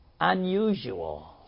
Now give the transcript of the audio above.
unusual